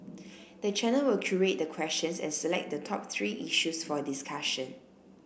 the channel will curate the questions and select the top three issues for discussion